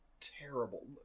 terrible